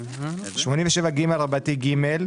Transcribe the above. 87ג(ג),